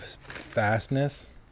Fastness